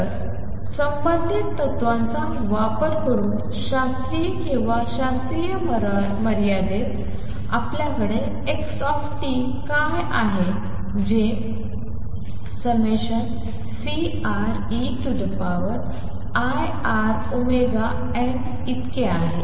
तर संबंधित तत्त्वाचा वापर करून शास्त्रीय किंवा शास्त्रीय मर्यादेत आपल्याकडे x काय आहे जे∑Ceiτωnt इतके आहे